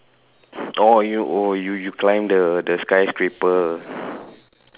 oh you oh you you climb the the skyscraper